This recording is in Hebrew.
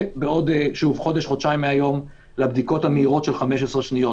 ובעוד חודש-חודשיים מהיום לבדיקות המהירות של 15 שניות.